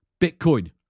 Bitcoin